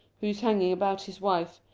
who is hanging about his wife,